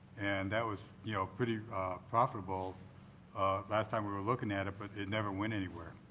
and that was, you know, pretty profitable last time we were looking at it but it never went anywhere.